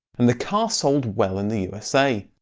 and the car sold well in the usa.